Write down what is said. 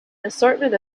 assortment